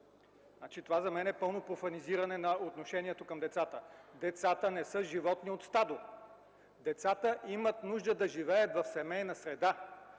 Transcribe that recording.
Това за мен е пълно профанизиране на отношението към децата. Децата не са животни от стадо. Децата имат нужда да живеят в семейна среда